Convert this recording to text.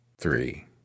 three